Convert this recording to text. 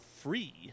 free